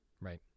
Right